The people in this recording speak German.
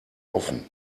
offen